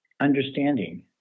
understanding